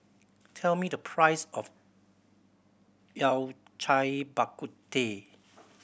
tell me the price of Yao Cai Bak Kut Teh